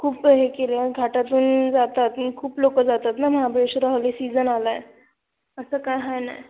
खूप हे केले घाटातून जातात खूप लोकं जातात ना महाबळेश्वर हॉले सीजन आला आहे असं काय आहे नाही